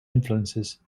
influences